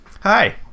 Hi